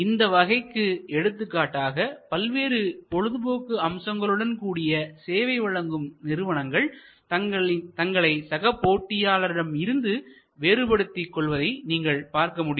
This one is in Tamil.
இந்த வகைக்கு எடுத்துக்காட்டுகளாக பல்வேறு பொழுதுபோக்கு அம்சங்களுடன் கூடிய சேவை வழங்கும் நிறுவனங்கள் தங்களை சக போட்டியாளரிடம் இருந்து வேறுபடுத்திக் கொள்வதை நீங்கள் பார்க்க முடியும்